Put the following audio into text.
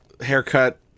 haircut